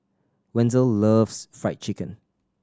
Wenzel loves Fried Chicken